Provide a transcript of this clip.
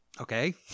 Okay